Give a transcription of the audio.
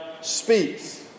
speaks